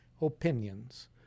opinions